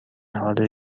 حال